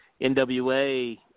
nwa